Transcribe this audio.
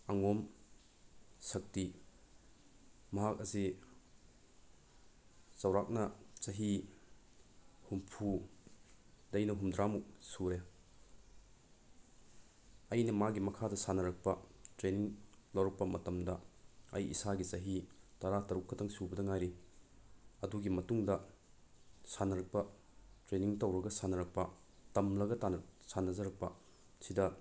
ꯑꯉꯣꯝ ꯁꯛꯇꯤ ꯃꯍꯥꯛ ꯑꯁꯤ ꯆꯧꯔꯥꯛꯅ ꯆꯍꯤ ꯍꯨꯝꯐꯨꯗꯒꯤꯅ ꯍꯨꯝꯗ꯭ꯔꯥꯃꯨꯛ ꯁꯨꯔꯦ ꯑꯩꯅ ꯃꯥꯒꯤ ꯃꯈꯥꯗ ꯁꯥꯟꯅꯔꯛꯄ ꯇ꯭ꯔꯦꯅꯤꯡ ꯂꯧꯔꯛꯄ ꯃꯇꯝꯗ ꯑꯩ ꯏꯁꯥꯒꯤ ꯆꯍꯤ ꯇꯔꯥꯇꯔꯨꯛ ꯈꯛꯇꯪ ꯁꯨꯕꯇ ꯉꯥꯏꯔꯤ ꯑꯗꯨꯒꯤ ꯃꯇꯨꯡꯗ ꯁꯥꯟꯅꯔꯛꯄ ꯇ꯭ꯔꯦꯅꯤꯡ ꯇꯧꯔꯒ ꯁꯥꯟꯅꯔꯛꯄ ꯇꯝꯂꯒ ꯁꯥꯟꯅꯖꯔꯛꯄ ꯁꯤꯗ